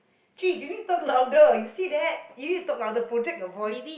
chiz you need to talk louder you see that you need to talk louder project your voice